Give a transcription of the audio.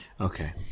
Okay